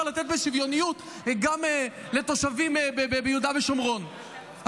לתת בשוויוניות גם לתושבים ביהודה ושומרון.